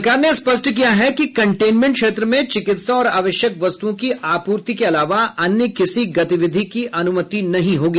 सरकार ने स्पष्ट किया है कि कंटेन्मेंट क्षेत्र में चिकित्सा और आवश्यक वस्तुओं की आपूर्ति के अलावा अन्य किसी गतिविधि की अनुमति नहीं होगी